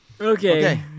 okay